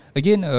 again